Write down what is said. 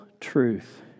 truth